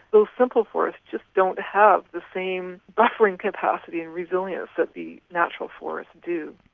those simple forests just don't have the same buffering capacity and resilience that the natural forests do.